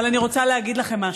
אבל אני רוצה להגיד לכם משהו: